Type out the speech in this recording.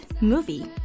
movie